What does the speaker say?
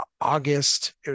August